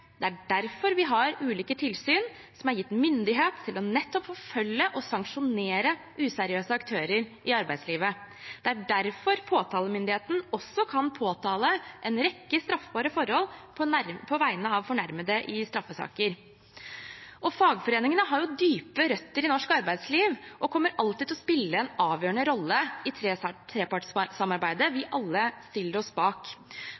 Det er derfor vi har ulike tilsyn som er gitt myndighet til nettopp å forfølge og sanksjonere useriøse aktører i arbeidslivet. Det er derfor påtalemyndigheten også kan påtale en rekke straffbare forhold på vegne av fornærmede i straffesaker. Fagforeningene har dype røtter i norsk arbeidsliv og kommer alltid til å spille en avgjørende rolle i trepartssamarbeidet vi alle stiller oss bak.